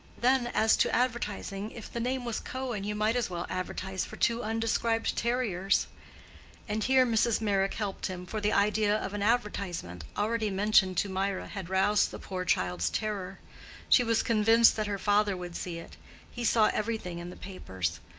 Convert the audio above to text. then, as to advertising, if the name was cohen, you might as well advertise for two undescribed terriers and here mrs. meyrick helped him, for the idea of an advertisement, already mentioned to mirah, had roused the poor child's terror she was convinced that her father would see it he saw everything in the papers.